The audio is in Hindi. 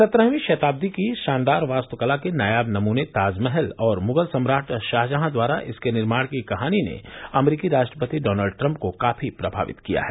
सत्रहवीं शताब्दी की शानदार वास्तुकला के नायाब नमूने ताजमहल और मुगल सम्राट शाहजहां द्वारा इसके निर्माण की कहानी ने अमरीकी राष्ट्रपति डॉनल्ड ट्रंप को काफी प्रमावित किया है